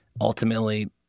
ultimately